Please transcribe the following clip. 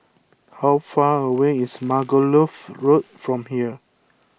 how far away is Margoliouth Road from here